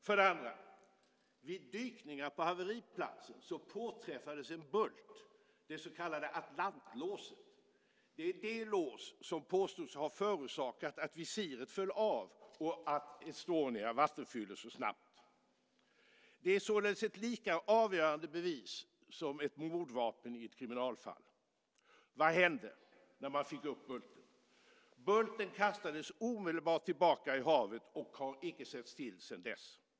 För det andra: Vid dykningar på haveriplatsen påträffades en bult, det så kallade atlantlåset. Det är det lås som påstods ha förorsakat att visiret föll av och att Estonia vattenfylldes så snabbt. Det är således ett lika avgörande bevis som ett mordvapen i ett kriminalfall. Vad hände när man fick upp bulten? Bulten kastades omedelbart tillbaka i havet och har icke setts till sedan dess.